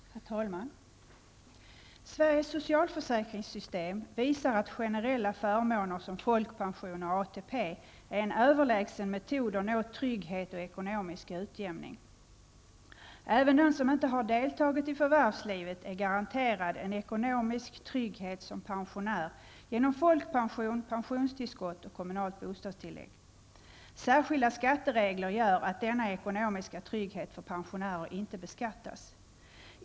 Herr talman! Sveriges socialförsäkringssystem visar att generella förmåner såsom folkpension och ATP är en överlägsen metod att nå trygghet och ekonomisk utjämning. Även den som inte har deltagit i förvärvslivet är garanterad en ekonomisk trygghet som pensionär genom folkpension, pensionstillskott och kommunalt bostadstillägg. Särskilda skatteregler gör att denna ekonomiska trygghet för pensionärer inte beskattas.